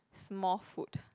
Smallfoot